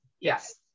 yes